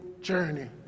journey